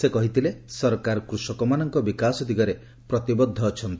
ସେ କହିଥିଲେ ସରକାର କୂଷକମାନଙ୍କ ବିକାଶ ଦିଗରେ ପ୍ରତିବଦ୍ଧ ଅଛନ୍ତି